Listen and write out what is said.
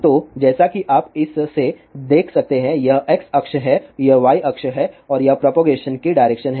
तो जैसा कि आप इस से देख सकते हैं यह x अक्ष है यह y अक्ष है और यह प्रोपगेशन की डायरेक्शन है